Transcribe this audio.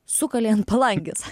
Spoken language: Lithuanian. sukalei ant palangės